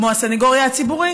כמו הסניגוריה הציבורית.